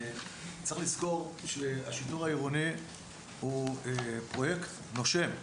צריך לזכור שהשיטור העירוני הוא פרויקט נושם ומתפתח,